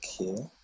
Okay